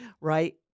right